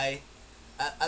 I I I